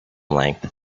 length